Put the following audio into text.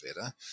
better